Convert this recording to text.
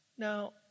Now